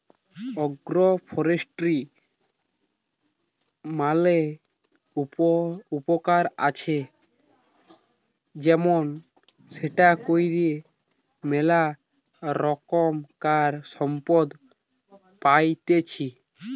agro ফরেষ্ট্রীর ম্যালা উপকার আছে যেমন সেটা কইরে ম্যালা রোকমকার সম্পদ পাইতেছি